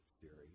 series